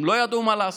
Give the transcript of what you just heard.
הם לא ידעו מה לעשות.